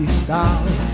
style